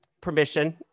permission